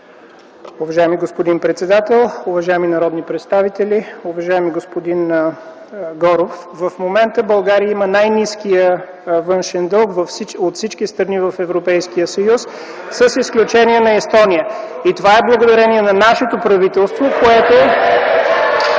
Уважаеми господин председател, уважаеми народни представители, уважаеми господин Горов! В момента България има най-ниския външен дълг от всички страни в Европейския съюз, с изключение на Естония. (Смях, ръкопляскания и оживление в КБ.) И това е благодарение на нашето правителство, което